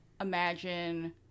imagine